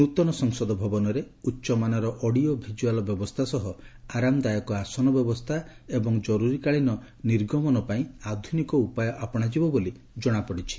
ନୃତନ ସଂସଦ ଭବନରେ ଉଚ୍ଚମାନର ଅଡ଼ିଓ ଭିଜୁଆଲ୍ ବ୍ୟବସ୍ଥା ସହ ଆରାମଦାୟକ ଆସନ ବ୍ୟବସ୍ଥା ସହ ଜରୁରୀକାଳୀନ ନିର୍ଗମନ ପାଇଁ ଆଧୁନିକ ଉପାୟ ଆପଣାଯିବ ବୋଲି ଜଣାପଡ଼ିଛି